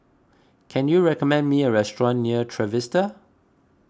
can you recommend me a restaurant near Trevista